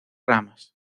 ramas